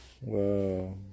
Whoa